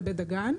בבית דגן.